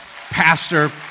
pastor